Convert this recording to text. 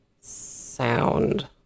sound